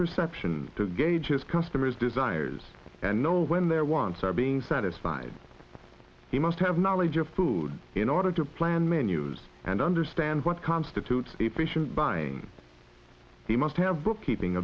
perception to gauge his customer's desires and know when their wants are being satisfied he must have knowledge of food in order to plan menus and understand what constitutes efficient buying he must have bookkeeping